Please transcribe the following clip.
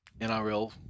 NRL